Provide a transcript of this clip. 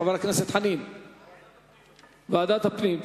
ועדת הפנים.